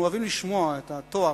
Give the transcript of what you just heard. אנחנו אוהבים לשמוע את התואר,